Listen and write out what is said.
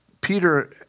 Peter